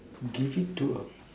give it to a